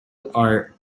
are